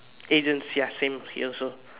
agents ya same here also